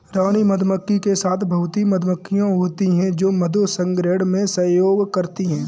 रानी मधुमक्खी के साथ बहुत ही मधुमक्खियां होती हैं जो मधु संग्रहण में सहयोग करती हैं